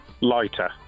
Lighter